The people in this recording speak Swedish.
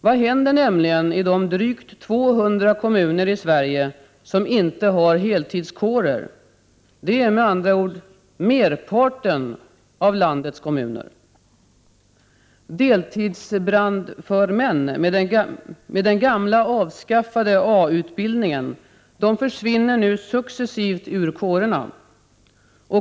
Vad händer nämligen i de drygt 200 kommuner i Sverige som inte har heltidskårer? Det är med andra ord merparten av landets kommuner. Deltidsbrandförmän med den gamla avskaffade A utbildningen försvinner successivt ur kårerna.